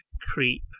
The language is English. creep